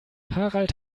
harald